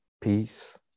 peace